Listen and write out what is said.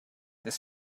this